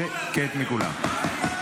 שקט מכולם.